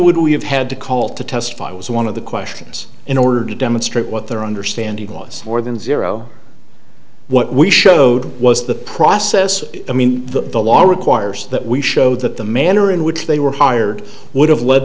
would we have had to call to testify was one of the questions in order to demonstrate what their understanding was more than zero what we showed was the process i mean the law requires that we show that the manner in which they were hired would have le